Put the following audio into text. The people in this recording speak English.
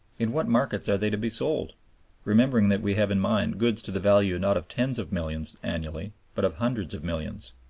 in what markets are they to be sold remembering that we have in mind goods to the value not of tens of millions annually, but of hundreds of millions.